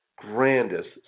grandest